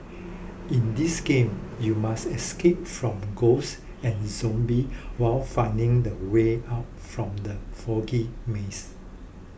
in this game you must escape from ghosts and zombie while finding the way out from the foggy maze